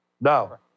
Now